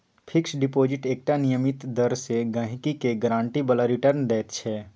fix deposit एकटा नियमित दर सँ गहिंकी केँ गारंटी बला रिटर्न दैत छै